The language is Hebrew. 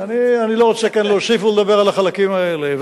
אני לא רוצה כאן להוסיף ולדבר על החלקים האלה.